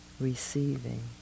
Receiving